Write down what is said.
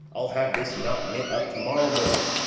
i'll have this knot knit up to-morrow morning.